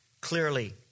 clearly